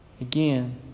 again